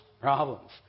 Problems